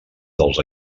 dels